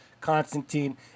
Constantine